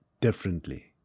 differently